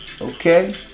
Okay